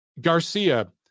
Garcia